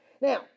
Now